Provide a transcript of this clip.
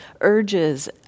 urges